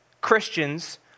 Christians